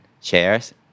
chairs